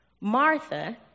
Martha